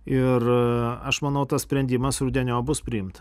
ir aš manau tas sprendimas rudeniop bus priimta